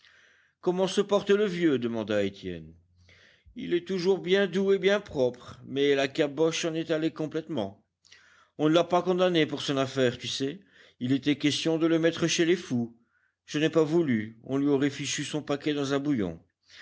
comment se porte le vieux demanda étienne il est toujours bien doux et bien propre mais la caboche s'en est allée complètement on ne l'a pas condamné pour son affaire tu sais il était question de le mettre chez les fous je n'ai pas voulu on lui aurait fichu son paquet dans un bouillon